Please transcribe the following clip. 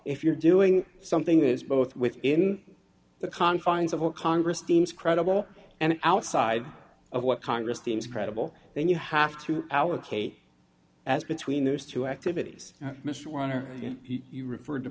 if you're doing something that is both within the confines of what congress deems credible and outside of what congress theme is credible then you have to allocate as between those two activities mr weiner you referred to